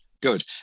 Good